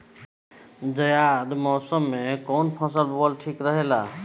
जायद मौसम में कउन फसल बोअल ठीक रहेला?